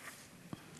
שתיקה.